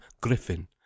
griffin